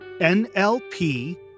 NLP